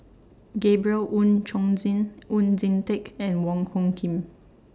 Gabriel Oon Chong Jin Oon Jin Teik and Wong Hung Khim